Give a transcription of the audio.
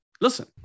Listen